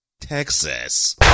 Texas